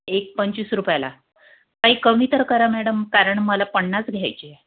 एक पंचवीस रुपयाला काही कमी तर करा मॅडम कारण मला पन्नास घ्यायचे आहे